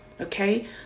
Okay